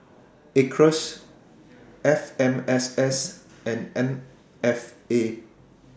Acres F M S S and M F A